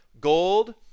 gold